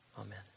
Amen